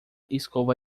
escova